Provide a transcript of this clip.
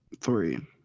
Three